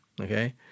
Okay